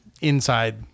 inside